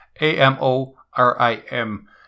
A-M-O-R-I-M